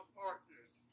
partners